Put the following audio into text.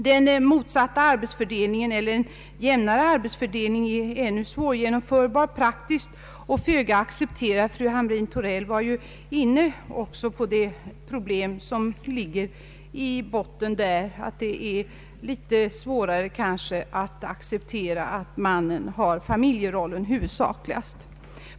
Den motsatta arbetsfördelningen eller en jämnare arbetsfördelning är ännu svårgenomförbar i praktiken och föga accepterad — fru Hamrin-Thorell var inne på frågan om svårigheten att acceptera att mannen huvudsakligen har familjerollen.